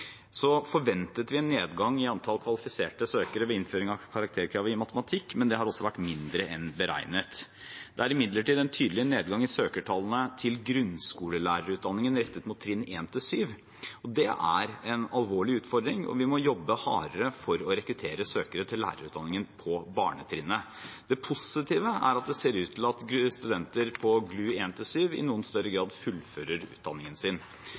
Så forventet vi en nedgang i antall kvalifiserte søkere ved innføringen av karakterkravet i matematikk, men den har også vært mindre enn beregnet. Det er imidlertid en tydelig nedgang i søkertallene i grunnskolelærerutdanningen rettet mot 1.–7. trinn, og det er en alvorlig utfordring, og vi må jobbe hardere for å rekruttere søkere til lærerutdanningen på barnetrinnet. Det positive er at det ser ut til at studenter på GLU 1–7 i noe større grad fullfører utdanningen sin.